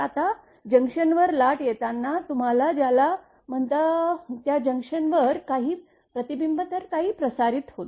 आता जंक्शनवर लाट येताना तुम्ही ज्याला म्हणता त्या जंक्शनवर काही प्रतिबिंब तर काही प्रसारित होते